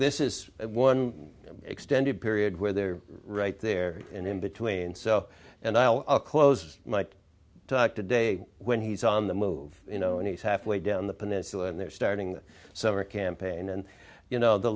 is one extended period where they're right there in between so and i'll close mike talk today when he's on the move you know and he's halfway down the peninsula and they're starting the summer campaign and you know the